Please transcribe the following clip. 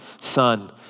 son